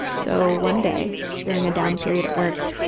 so one day during a down period at work,